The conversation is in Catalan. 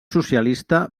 socialista